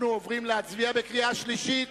אנחנו עוברים להצביע בקריאה שלישית.